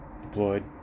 deployed